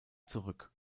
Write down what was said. zurück